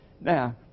Now